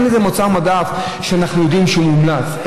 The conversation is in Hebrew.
אין איזה מוצר מדף שאנחנו יודעים שהוא מומלץ,